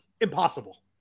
impossible